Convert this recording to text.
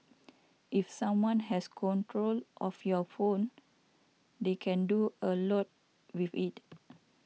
if someone has control of your phone they can do a lot with it